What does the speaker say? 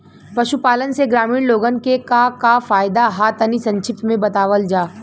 पशुपालन से ग्रामीण लोगन के का का फायदा ह तनि संक्षिप्त में बतावल जा?